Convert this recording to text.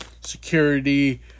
security